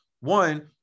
One